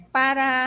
para